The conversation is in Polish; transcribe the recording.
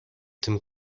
tym